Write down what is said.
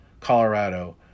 Colorado